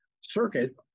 circuit